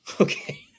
Okay